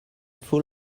full